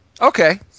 Okay